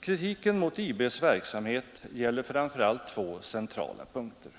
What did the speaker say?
Kritiken mot IB:s verksamhet gäller framför allt två centrala punkter.